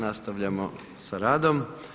Nastavljamo sa radom.